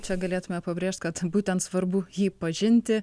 čia galėtume pabrėžt kad būtent svarbu jį pažinti